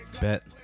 Bet